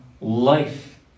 life